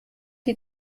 die